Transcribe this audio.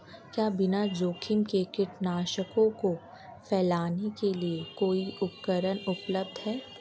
क्या बिना जोखिम के कीटनाशकों को फैलाने के लिए कोई उपकरण उपलब्ध है?